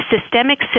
systemic